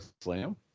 slam